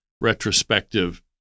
retrospective